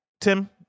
Tim